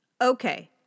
Okay